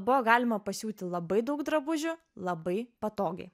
buvo galima pasiūti labai daug drabužių labai patogiai